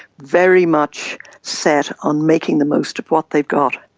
very much set on making the most of what they've got,